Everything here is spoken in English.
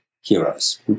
heroes